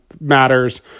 matters